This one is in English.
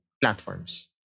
platforms